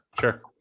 Sure